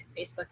Facebook